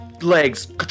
legs